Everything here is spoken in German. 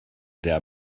der